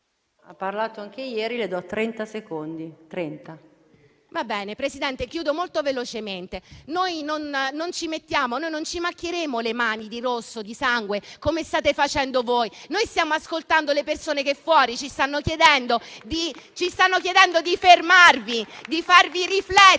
Ha parlato anche ieri: le do trenta secondi. DI GIROLAMO *(M5S)*. Va bene, Presidente, chiudo molto velocemente. Noi non ci macchieremo le mani di rosso, di sangue, come state facendo voi. Noi stiamo ascoltando le persone che fuori ci stanno chiedendo di fermarvi, di farvi riflettere,